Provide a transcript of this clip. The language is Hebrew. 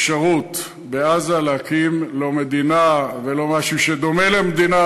אפשרות בעזה להקים לא מדינה ולא משהו שדומה למדינה,